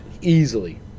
Easily